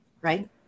right